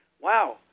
wow